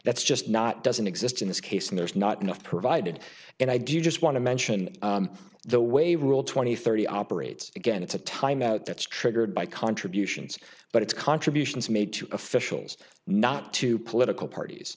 that's just not doesn't exist in this case and there's not enough provided and i do just want to mention the way rule twenty thirty operates again it's a time out that's triggered by contributions but it's contributions made to officials not to political parties